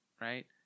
right